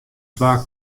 twa